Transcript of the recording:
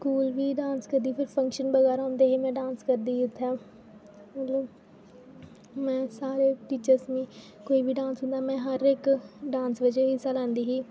school बी dance करदी फिर फंक्शन बगैरा होंदे हे में डांस करदी उ'त्थें मतलब में सारे टीचर्स मिगी कोई बी डांस होंदा में हर इक डांस बिच हिस्सा लैंदी ही